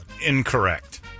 Incorrect